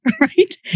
right